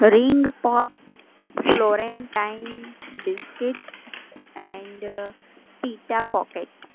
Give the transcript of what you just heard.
ring pop florentine biscuit and pita pocket